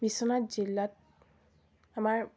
বিশ্বনাথ জিলাত আমাৰ